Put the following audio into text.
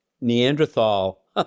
Neanderthal